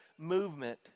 Movement